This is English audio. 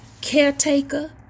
caretaker